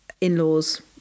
in-laws